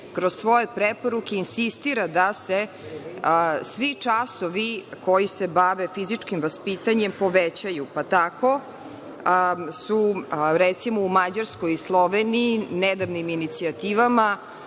kroz svoje preporuke insistira da se svi časovi koji se bave fizičkim vaspitanjem povećaju. Tako su, recimo, u Mađarskoj i Sloveniji nedavnim inicijativama